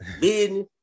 Business